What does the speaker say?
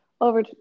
over